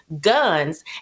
guns